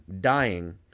dying